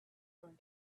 going